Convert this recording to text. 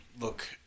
look